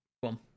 One